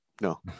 no